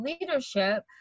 leadership